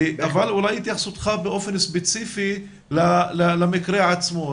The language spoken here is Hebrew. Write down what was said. אבל אולי התייחסותך באופן ספציפי למקרה עצמו,